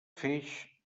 feix